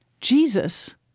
Jesus